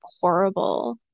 horrible